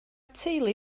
teulu